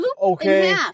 okay